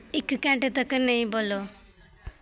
इक घैंटे तक्कर नेईं बोलो